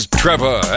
trevor